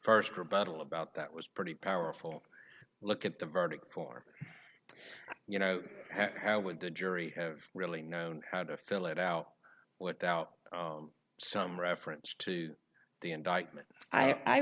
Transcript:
first rebuttal about that was pretty powerful look at the verdict for you know how would the jury have really known how to fill it out without some reference to the indictment i